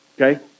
okay